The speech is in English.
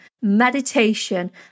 meditation